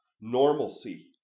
normalcy